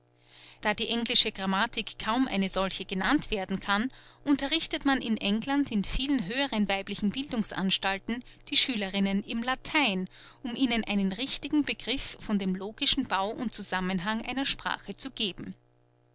da die englische grammatik kaum eine solche genannt werden kann unterrichtet man in england in vielen höheren weiblichen bildungsanstalten die schülerinnen im latein um ihnen einen richtigen begriff von dem logischen bau und zusammenhang einer sprache zu geben